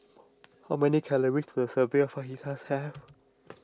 how many calories does a serving of Fajitas have